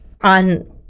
on